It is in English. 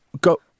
go